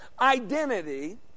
identity